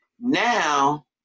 now